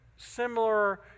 Similar